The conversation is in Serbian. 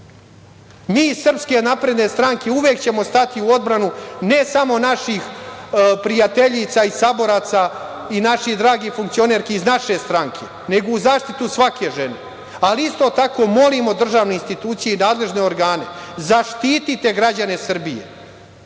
u Srbiji. Mi iz SNS uvek ćemo stati u odbranu ne samo naših prijateljica, saboraca, i naših dragih funkcionerki iz naše stranke, nego u zaštitu svake žene. Isto tako, molimo državne institucije i nadležne organe zaštite građane Srbije,